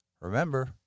remember